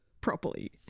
properly